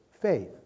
Faith